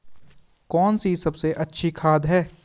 कौन सी सबसे अच्छी खाद है?